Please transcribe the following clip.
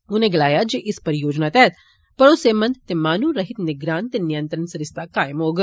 उनें गलाया जे इस परियोजना तैहत भरोसेमंद ते मानू रहित निगरान ते नियंत्रण सरिस्ता कायम होग